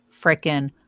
freaking